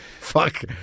Fuck